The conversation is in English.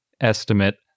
estimate